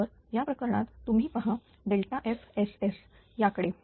तर या प्रकरणात तुम्ही पहाFSS याकडे